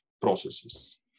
processes